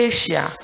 Asia